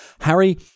Harry